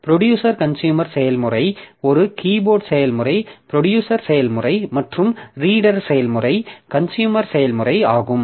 producer consumer செயல்முறை ஒரு keyboard செயல்முறை ப்ரொடியூசர் செயல்முறை மற்றும் ரீடர் செயல்முறை கன்சுயூமர் செயல்முறை ஆகும்